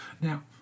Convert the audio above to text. Now